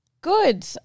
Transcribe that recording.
Good